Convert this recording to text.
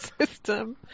system